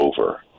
over